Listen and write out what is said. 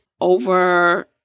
over